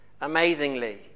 Amazingly